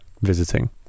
visiting